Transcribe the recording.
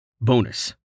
Bonus